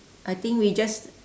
I think we just